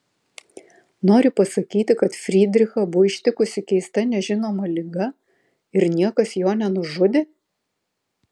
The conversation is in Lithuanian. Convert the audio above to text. nori pasakyti kad frydrichą buvo ištikusi keista nežinoma liga ir niekas jo nenužudė